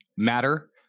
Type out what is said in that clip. matter